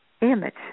image